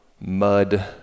mud